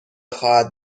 خواهد